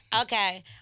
Okay